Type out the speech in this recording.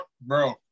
Bro